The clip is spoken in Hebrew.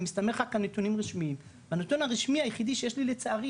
מסתמך רק על נתונים רשמיים והנתון הרשמי היחידי שיש לי לצערי